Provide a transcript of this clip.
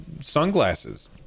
sunglasses